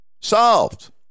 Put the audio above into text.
Solved